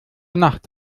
nacht